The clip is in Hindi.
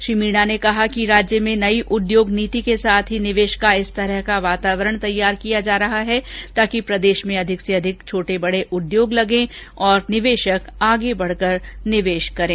श्री मीणा ने कहा कि राज्य में नई उद्योग नीति के साथ ही निवेश का इस तरह का वातावरण तैयार किया जा रहा है जिससे प्रदेश में अधिक से अधिक छोटे बड़े उद्योग लगे और निवेशक आगे बढ़कर निवेश करें